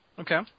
Okay